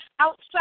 outside